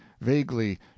vaguely